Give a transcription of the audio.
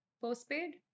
postpaid